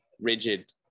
rigid